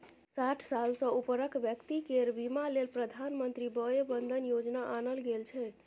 साठि साल सँ उपरक बेकती केर बीमा लेल प्रधानमंत्री बय बंदन योजना आनल गेल छै